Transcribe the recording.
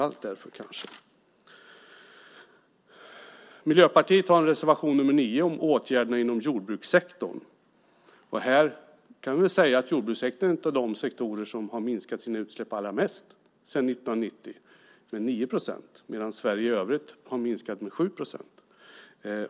Miljöpartiet har en reservation, nr 9, om åtgärderna inom jordbrukssektorn. Jordbrukssektorn är en av de sektorer som sedan 1990 har minskat sina utsläpp allra mest, nämligen med 9 procent, medan Sverige i övrigt har minskat utsläppen med 7 procent.